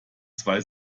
zwei